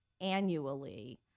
annually